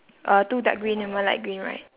uh two dark green and one light green right